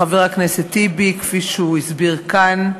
טיבי, כפי שהוא הסביר כאן,